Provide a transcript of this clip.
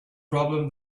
problem